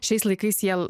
šiais laikais jie